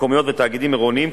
המקומיות והתאגידים העירוניים,